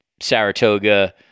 Saratoga